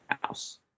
house